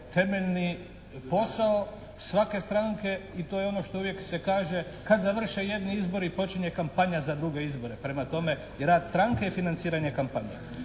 temeljni posao svake stranke i to je ono što uvijek se kaže kad završe jedni izbori počinje kampanja za druge izbore. Prema tome i, rad stranke je financiranje kampanje.